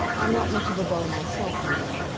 i'm not much of a beau myself, you know.